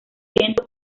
viento